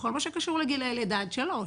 בכל מה שקשור לגיל לידה עד שלוש.